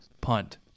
punt